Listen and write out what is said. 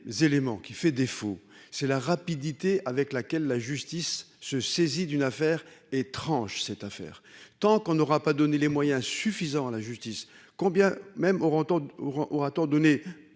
qui fait défaut, c'est la rapidité avec laquelle la justice se saisit d'une affaire étrange cette affaire tant qu'on n'aura pas donné les moyens suffisants à la justice, combien même auront aura-t-on donner